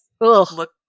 look